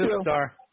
star